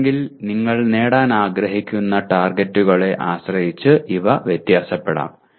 അല്ലെങ്കിൽ നിങ്ങൾ നേടാൻ ആഗ്രഹിക്കുന്ന ടാർഗെറ്റുകളെ ആശ്രയിച്ച് ഇവ വ്യത്യാസപ്പെടാം